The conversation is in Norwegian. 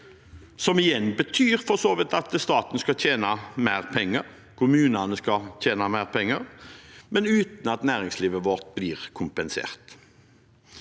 igjen for så vidt at staten skal tjene mer penger, og at kommunene skal tjene mer penger, men uten at næringslivet vårt blir kompensert.